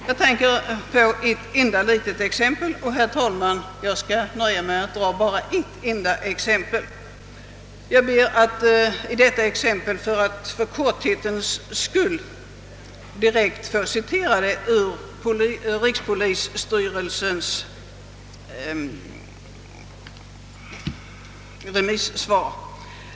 Jag skall anföra ett enda litet exempel — jag skall, herr talman, nöja mig med detta enda exempel, och för korthetens skull skall jag direkt citera ur rikspolisstyrelsens remissvar.